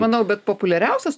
manau bet populiariausias